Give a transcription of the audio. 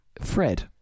Fred